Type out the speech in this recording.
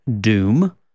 Doom